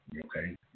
Okay